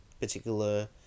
particular